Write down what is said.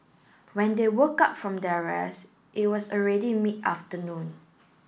when they woke up from their rest it was already mid afternoon